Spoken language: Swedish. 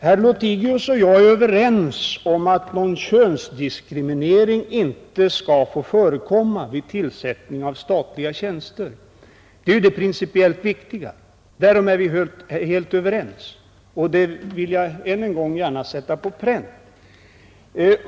Herr Lothigius och jag är överens om att någon könsdiskriminering inte skall få förekomma vid tillsättning av statliga tjänster. Det är ju det principiellt viktiga, och därom är vi helt överens; det vill jag än en gång gärna sätta på pränt.